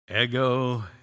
Ego